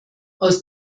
aus